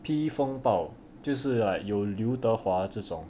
P 风暴就是 like 有刘德华这种